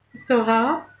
so how